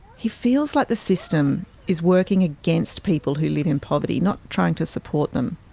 he feels like the system is working against people who live in poverty, not trying to support them.